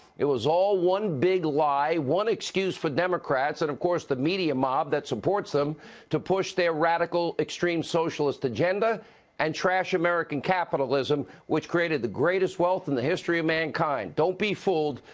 it was all one big lie, one excuse for democrats and of course the media mob that supports them to push their radical extreme socialist agenda and trash american capitalism which created the greatest wealth in history of mankind. don't be fooled.